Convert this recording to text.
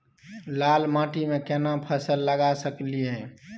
लाल माटी में केना फसल लगा सकलिए?